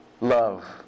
love